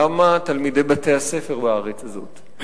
למה תלמידי בתי-הספר בארץ הזאת,